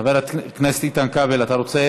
חבר הכנסת איתן כבל, אתה רוצה